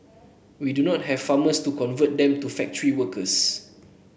we do not have farmers to convert them to factory workers